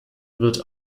wird